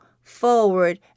forward